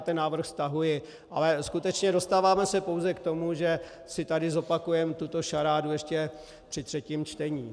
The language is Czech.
ten návrh stahuji, ale skutečně dostáváme se pouze k tomu, že si tady zopakujeme tuto šarádu ještě při třetím čtení.